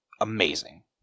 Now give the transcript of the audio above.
Amazing